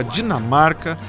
Dinamarca